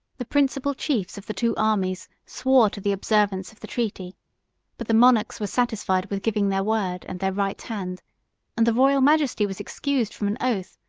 the principal chiefs of the two armies swore to the observance of the treaty but the monarchs were satisfied with giving their word and their right hand and the royal majesty was excused from an oath,